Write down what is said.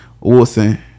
Wilson